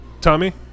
Tommy